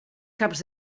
caps